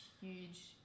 huge